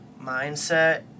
mindset